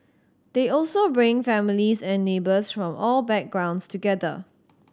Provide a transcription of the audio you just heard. they also bring families and neighbours from all backgrounds together